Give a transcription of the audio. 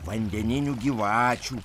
vandeninių gyvačių